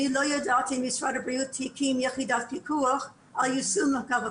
אני לא יודעת אם משרד הבריאות הקים יחידת פיקוח על יישום התו הכחול.